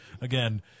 again